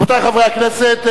רבותי חברי הכנסת,